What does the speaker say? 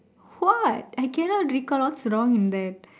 what I cannot recall what's wrong in that